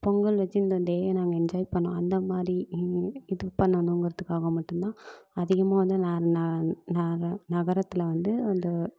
பொங்கல் வச்சு இந்த டேயை நாங்கள் என்ஜாய் பண்ணிணோம் அந்த மாதிரி இ இது பண்ணணும்கிறதுக்காக மட்டும்தான் அதிகமான ந ந ந நகரத்தில் வந்து